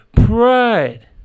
Pride